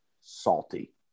salty